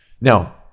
Now